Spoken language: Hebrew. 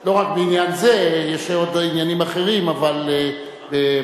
לא רק בעניין זה, יש עוד עניינים אחרים, אבל באמת